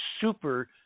super